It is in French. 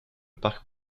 parc